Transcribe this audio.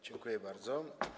Dziękuję bardzo.